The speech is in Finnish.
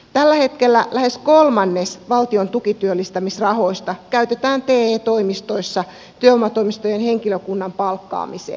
tällä hetkellä lähes kolmannes valtion tukityöllistämisrahoista käytetään te toimistoissa työvoimatoimistojen henkilökunnan palkkaamiseen